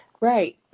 Right